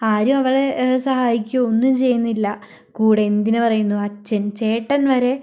ആരും അവളെ സഹായിക്കുകയോ ഒന്നും ചെയ്യുന്നില്ല കൂടെ എന്തിന് പറയുന്നു അച്ഛൻ ചേട്ടൻ വരെ